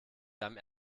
seinem